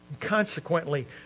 Consequently